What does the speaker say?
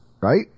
Right